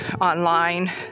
online